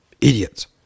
idiots